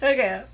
Okay